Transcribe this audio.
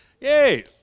Yay